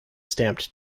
stamped